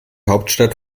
hauptstadt